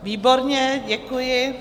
Výborně, děkuji.